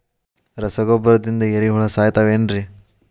ರಸಗೊಬ್ಬರದಿಂದ ಏರಿಹುಳ ಸಾಯತಾವ್ ಏನ್ರಿ?